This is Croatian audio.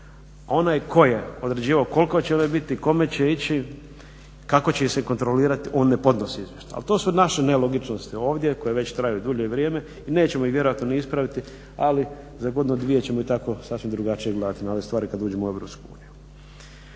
Onaj tko je određivao koliko će one biti, kome će ići, kako će ih se kontrolirati on ne podnosi izvještaj. Ali to su naše nelogičnosti ovdje koje već traju dulje vrijeme i nećemo ih vjerojatno ni ispraviti, ali za godinu dvije ćemo i tako sasvim drugačije gledati na ove stvari kad uđemo u EU. Ono